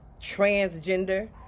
transgender